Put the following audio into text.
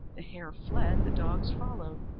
the hare fled, the dogs followed.